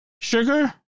sugar